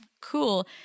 Cool